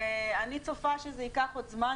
ואני צופה שזה ייקח עוד זמן,